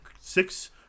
six